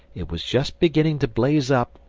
it was just beginning to blaze up,